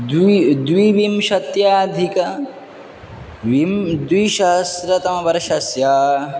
द्वि द्वाविंशत्याधिक विं द्विसहस्रतमवर्षस्य